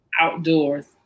outdoors